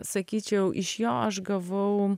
sakyčiau iš jo aš gavau